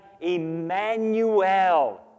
Emmanuel